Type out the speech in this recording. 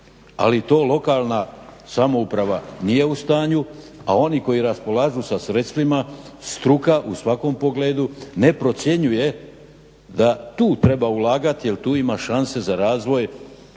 ali to lokalna samouprava nije u stanju, a oni koji raspolažu sa sredstvima, struka u svakom pogledu, ne procjenjuje da tu treba ulagati jer tu ima šanse za razvoja